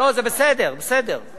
הוא ויתר על זה.